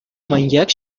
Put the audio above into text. маньяк